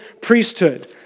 priesthood